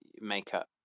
makeup